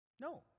No